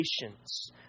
patience